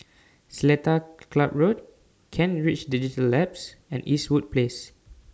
Seletar Club Road Kent Ridge Digital Labs and Eastwood Place